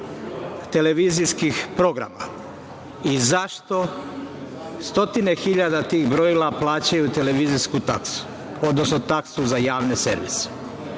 televizijskih programa i zašto stotine hiljada tih brojila plaćaju televizijsku taksu, odnosno taksu za javne servise? To